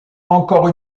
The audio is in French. encore